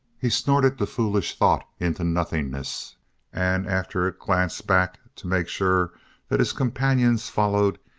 he snorted the foolish thought into nothingness and after a glance back to make sure that his companions followed,